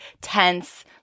tense